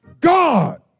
God